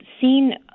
seen